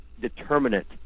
determinant